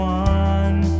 one